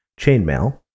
Chainmail